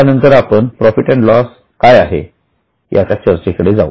त्यानंतर आपण profit and loss काय आहे याच्या चर्चे कडे जाऊ